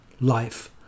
life